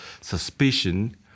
suspicion